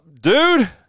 Dude